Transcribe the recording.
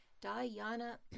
diana